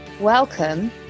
Welcome